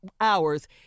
hours